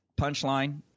Punchline